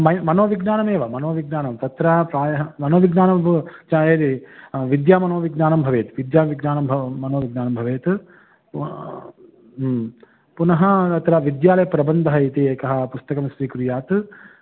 मन् मनोविज्ञानमेव मनोविज्ञानं तत्र प्रायः मनोविज्ञानं बु चा यदि विद्या मनोविज्ञानं भवेत् विद्याविज्ञानं भव् मनोविज्ञानं भवेत् पुनः तत्र विद्यालयप्रबन्धः इति एकं पुस्तकं स्वीकुर्यात्